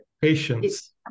patience